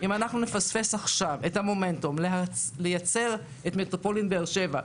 אם נפספס עכשיו את המומנטום לייצר את מטרופולין באר שבע,